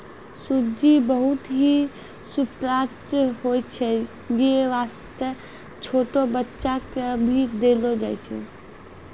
सूजी बहुत हीं सुपाच्य होय छै यै वास्तॅ छोटो बच्चा क भी देलो जाय छै